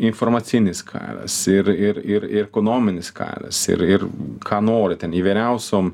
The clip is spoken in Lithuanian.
informacinis karas ir ir ir ir ekonominis karas ir ir ką nori ten įvairiausiom